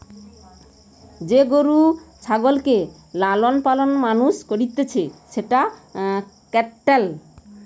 যে গরু ছাগলকে লালন পালন মানুষ করতিছে সেটা ক্যাটেল